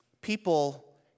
People